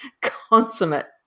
consummate